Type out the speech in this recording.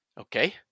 Okay